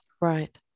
right